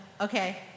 okay